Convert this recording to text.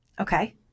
Okay